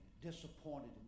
disappointed